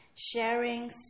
Sharing